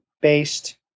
based